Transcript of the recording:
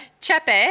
Chepe